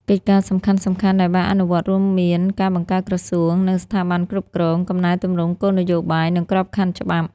កិច្ចការសំខាន់ៗដែលបានអនុវត្តរួមមាន ការបង្កើតក្រសួង និងស្ថាប័នគ្រប់គ្រង កំណែទម្រង់គោលនយោបាយ និងក្របខណ្ឌច្បាប់។